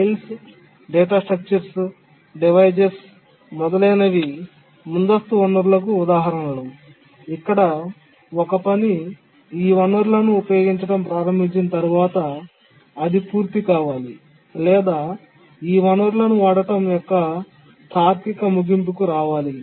files data structures devices మొదలైనవి ముందస్తు వనరులకు ఉదాహరణలు ఇక్కడ ఒక పని ఈ వనరులను ఉపయోగించడం ప్రారంభించిన తర్వాత అది పూర్తి కావాలి లేదా ఈ వనరులను వాడటం యొక్క తార్కిక ముగింపుకు రావాలి